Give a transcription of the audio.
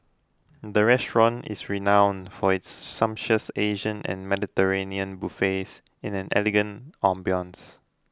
the restaurant is renowned for its sumptuous Asian and Mediterranean buffets in an elegant ambience